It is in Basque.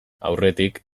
aurretik